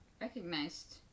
recognized